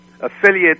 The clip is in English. affiliate